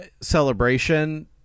celebration